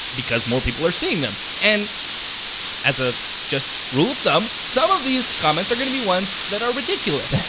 because more people are seeing them. and as a just rule of thumb, some of these comments are gonna be ones that are ridiculous.